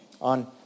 on